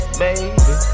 baby